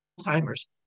Alzheimer's